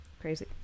crazy